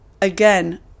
again